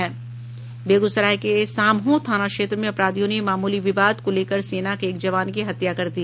बेगूसराय के साम्हो थाना क्षेत्र में अपराधियों ने मामूली विवाद को लेकर सेना के एक जवान की हत्या कर दी